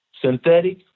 synthetic